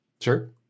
Sure